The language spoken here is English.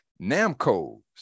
namco